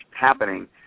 happening